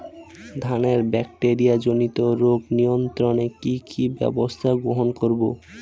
ধানের ব্যাকটেরিয়া জনিত রোগ নিয়ন্ত্রণে কি কি ব্যবস্থা গ্রহণ করব?